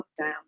lockdown